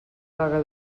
vaga